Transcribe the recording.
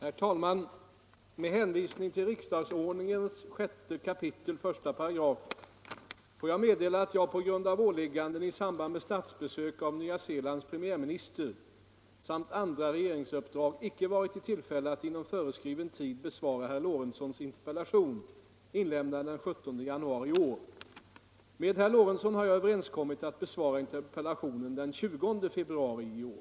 Herr talman! Med hänvisning till riksdagsordningen 6 kap. 1 § får jag meddela att jag på grund av åligganden i samband med statsbesök av Nya Zeelands premiärminister samt andra regeringsuppdrag inte varit i tillfälle att inom föreskriven tid besvara herr Lorentzons interpellation, inlämnad den 17 januari i år. Med herr Lorentzon har jag överenskommit att besvara interpellationen den 20 februari i år.